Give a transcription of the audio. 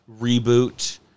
reboot